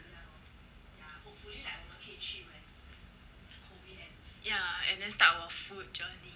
ya and then start our food journey